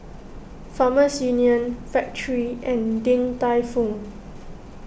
Farmers Union Factorie and Din Tai Fung